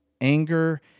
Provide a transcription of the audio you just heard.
anger